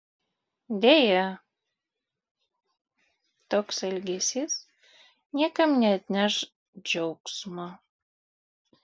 deja toks elgesys niekam neatneš džiaugsmo